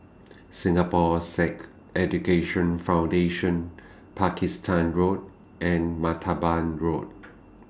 Singapore Sikh Education Foundation Pakistan Road and Martaban Road